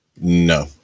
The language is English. No